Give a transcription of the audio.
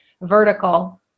vertical